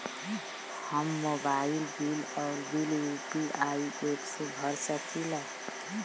हम mobile bill और bill UPI app से भर सकिला